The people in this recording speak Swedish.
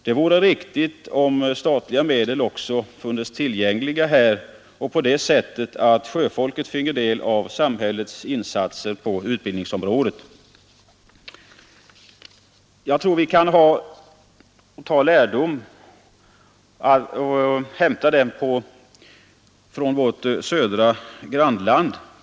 Det vore riktigt om statliga medel också funnes tillgängliga här och att på det sättet sjöfolket finge del av samhällets insatser på utbildningsområdet. Jag tror vi kan ha lärdomar att hämta på det här området från vårt södra grannland.